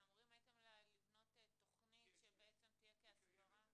הייתם אמורים לבנות תכנית שבעצם תהיה כהסברה --- יש,